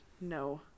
no